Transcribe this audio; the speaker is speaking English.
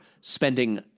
spending